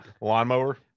Lawnmower